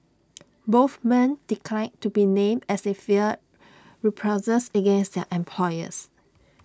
both men declined to be named as they feared reprisals against their employers